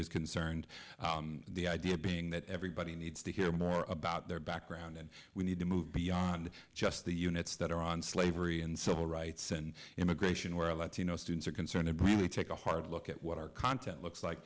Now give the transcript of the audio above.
is concerned the idea being that everybody needs to hear more about their background and we need to move beyond just the units that are on slavery and civil rights and immigration where latino students are concerned and really take a hard look at what our content looks like